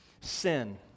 sin